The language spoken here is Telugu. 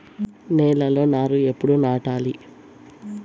నేలలో నారు ఎప్పుడు నాటాలి?